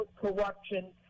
corruption –